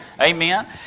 Amen